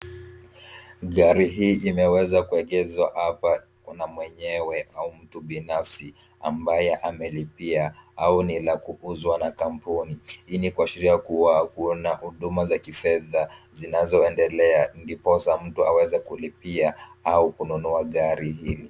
Gari hiii imeweza kuegezwa hapa. Kuna mwenyewe au mtu binafsi, ambaye amelipia au ni la kuuzwa na kampuni. Hii ni kuashiria kuwa kuna huduma za kifedha zinazoendelea ndiposa mtu aweza kulipia au kununua gari hili.